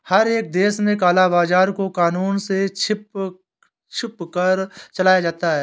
हर एक देश में काला बाजार को कानून से छुपकर चलाया जाता है